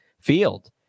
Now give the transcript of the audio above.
field